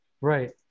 Right